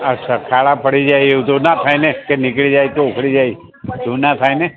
અચ્છા ખાડા પડી જાય એવું તો ના થાય ને કે નીકળી જાય તો ઊખડી જાય એવું ના થાયને